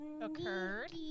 occurred